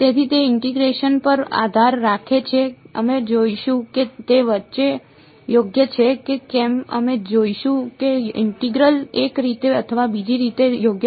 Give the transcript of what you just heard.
તેથી તે ઇન્ટીગ્રેશન પર આધાર રાખે છે અમે જોઈશું કે તે યોગ્ય છે કે કેમ અમે જોઈશું કે ઇન્ટિગ્રલ એક રીતે અથવા બીજી રીતે યોગ્ય છે